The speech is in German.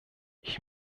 ich